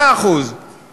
35%;